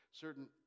certain